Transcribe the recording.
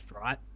right